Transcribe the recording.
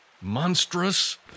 Monstrous